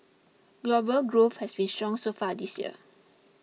global growth has been strong so far this year